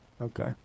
Okay